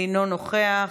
אינו נוכח,